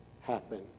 happen